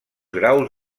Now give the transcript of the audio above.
graus